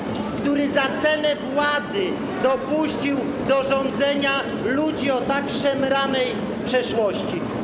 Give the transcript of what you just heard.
Panie pośle... ...który za cenę władzy dopuścił do rządzenia ludzi o tak szemranej przeszłości.